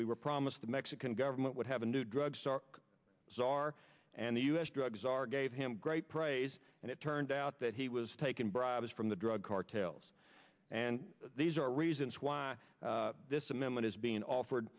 we were promised the mexican government would have a new drug store czar and the u s drug czar gave him great praise and it turned out that he was taken bribes from the drug cartels and these are reason why this amendment is being offered